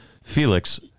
Felix